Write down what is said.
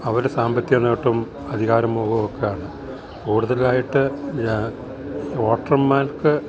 അവർ സാമ്പത്തിക നേട്ടും അധികാര മോഹോവൊക്കെയാണ് കൂട്തലായിട്ട് ഓട്ടർമാർക്ക്